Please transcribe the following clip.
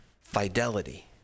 fidelity